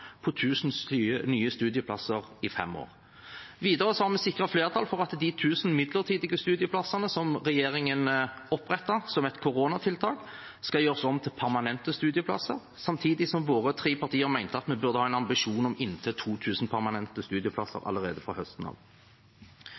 på 1 000 nye studieplasser i fem år. Videre har vi sikret flertall for at de 1 000 midlertidige studieplassene som regjeringen opprettet som et koronatiltak, skal gjøres om til permanente studieplasser, samtidig som våre tre partier mente at vi burde ha en ambisjon om inntil 2 000 permanente studieplasser allerede fra høsten av.